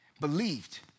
believed